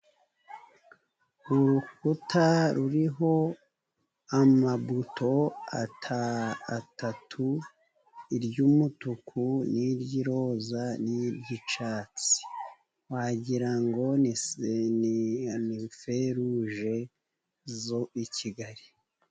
Urukuta ruriho amabuto atatu iy'umutuku, iy'iroza n'iy'icyatsi . Wagira ngo ni feruje z'i Kigali